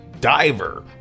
Diver